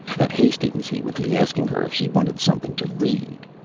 at hastings he would be asking her if she wanted something to read.